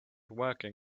working